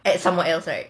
at someone else right